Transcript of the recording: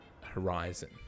horizon